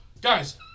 Guys